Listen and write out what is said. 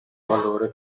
valore